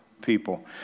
people